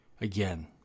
again